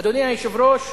אדוני היושב-ראש,